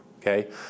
Okay